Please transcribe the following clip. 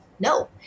No